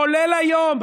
כולל היום,